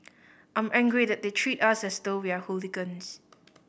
I'm angry that they treat us as though we are hooligans